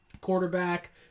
Quarterback